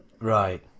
right